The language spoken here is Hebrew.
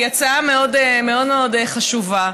היא הצעה מאוד מאוד חשובה.